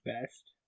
best